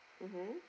mmhmm